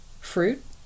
Fruit